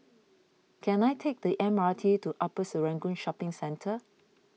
can I take the M R T to Upper Serangoon Shopping Centre